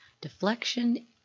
deflection